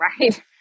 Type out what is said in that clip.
right